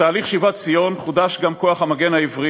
בתהליך שיבת ציון חודש גם כוח המגן העברי,